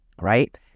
right